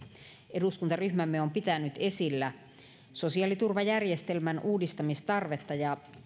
eduskuntaryhmämme on pitänyt esillä sosiaaliturvajärjestelmän uudistamistarvetta ja